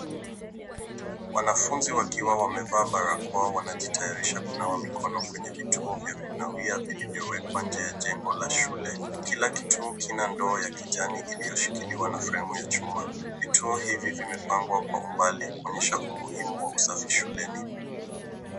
Wanafunzi wakiwa wamevaa baraka wanajitayarisha kunawa mikono kwenye vitu vya kunawia vilivywekwa kunawia nje ya jengo la shule, kila kitu kina ndoo ya kijani iliyoshikiliwa na fremu ya chuma vitio hivi vimepangwa kwa umbali kuonyesha umuhimu wa usafi shuleni.